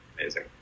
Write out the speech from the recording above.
Amazing